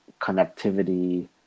connectivity